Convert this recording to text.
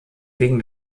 wegen